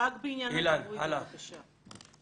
ורק בעניין הליווי בבקשה --- אילן, הלאה.